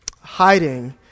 hiding